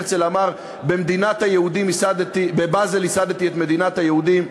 הרצל אמר: בבאזל ייסדתי את מדינת היהודים.